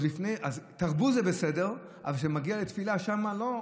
אז תרבות זה בסדר, אבל כשזה מגיע לתפילה, שמה לא.